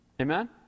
Amen